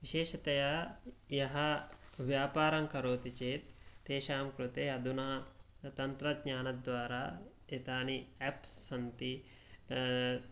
विशेषतया यः व्यापारं करोति चेत् तेषां कृते अधुना तन्त्रज्ञानद्वारा एतानि एप्स् सन्ति तेष